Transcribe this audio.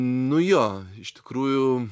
nu jo iš tikrųjų